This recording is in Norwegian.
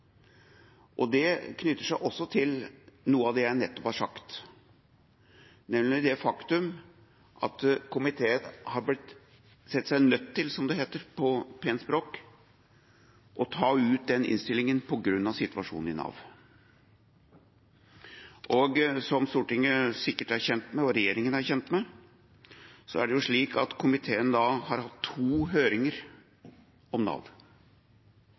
Det knytter seg også til noe av det jeg nettopp har sagt, nemlig det faktum at komiteen har sett seg nødt til, som det heter på pent språk, å ta ut den delen av innstillinga på grunn av situasjonen i Nav. Som Stortinget sikkert er kjent med, og regjeringa er kjent med, er det slik at komiteen har hatt to høringer om Nav.